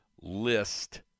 list –